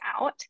out